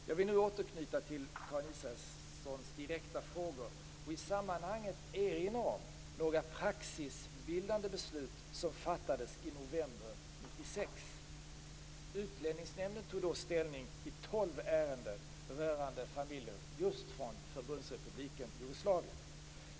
Jag vill nu återknyta till Karin Israelssons direkta frågor och i det sammanhanget erinra om några praxisbildande beslut som fattades i november 1996. Utlänningsnämnden tog då ställning i tolv ärenden rörande barnfamiljer just från Förbundsrepubliken Jugoslavien.